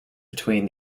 between